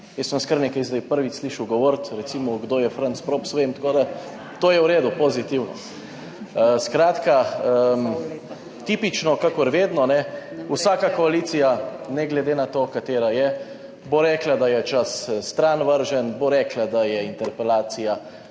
Jaz sem kar nekaj zdaj prvič slišal govoriti, recimo kdo je Franc Props. Tako da to je v redu, pozitivno. Skratka, tipično, kakor vedno, ne, vsaka koalicija, ne glede na to, katera je, bo rekla, da je čas stran vržen, bo rekla, da je interpelacija